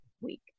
week